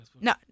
No